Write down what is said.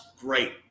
Great